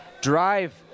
drive